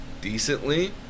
decently